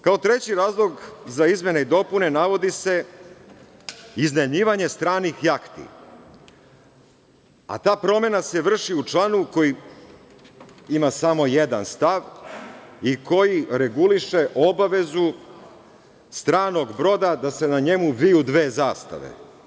Kao treći razlog za izmene i dopune navodi se iznajmljivanje stranih jahti, a ta promena se vrši u članu koji ima samo jedan stav i koji reguliše obavezu stranog broda da se na njemu viju dve zastave.